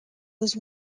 was